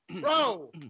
bro